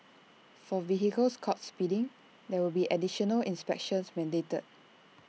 for vehicles caught speeding there will be additional inspections mandated